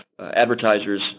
advertisers